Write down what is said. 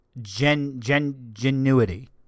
genuity